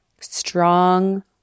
Strong